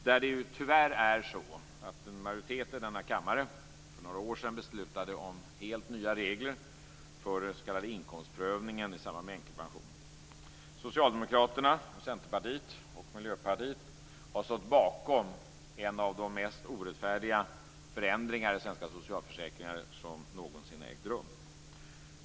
Där är det tyvärr så att en majoritet i denna kammare för några år sedan beslutade om helt nya regler för den s.k. Socialdemokraterna, Centerpartiet och Miljöpartiet har stått bakom en av de mest orättfärdiga förändringar i svenska socialförsäkringar som någonsin ägt rum.